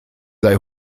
sei